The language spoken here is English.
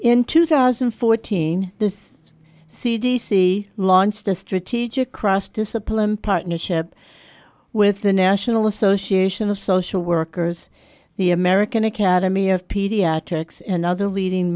in two thousand and fourteen this c d c launched the strategic cross discipline partnership with the national association of social workers the american academy of pediatrics and other leading